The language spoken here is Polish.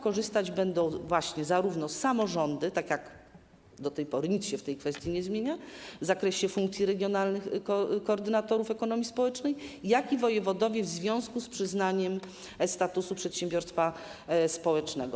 Korzystać z nich będą właśnie zarówno samorządy - tak jak do tej pory, nic się w tej kwestii nie zmienia - w zakresie funkcji regionalnych koordynatorów ekonomii społecznej, jak i wojewodowie w związku z przyznawaniem statusu przedsiębiorstwa społecznego.